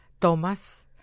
Thomas